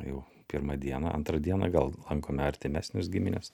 jau pirmą dieną antrą dieną gal lankome artimesnius gimines